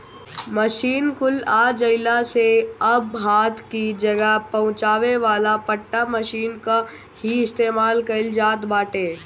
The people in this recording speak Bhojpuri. मशीन कुल आ जइला से अब हाथ कि जगह पहुंचावे वाला पट्टा मशीन कअ ही इस्तेमाल कइल जात बाटे